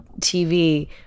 tv